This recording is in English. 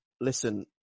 listen